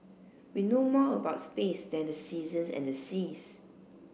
we know more about space than the seasons and the seas